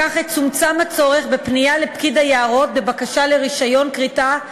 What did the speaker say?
בכך יצומצם הצורך בפנייה לפקיד היערות בבקשה לרישיון כריתה,